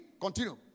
Continue